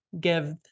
give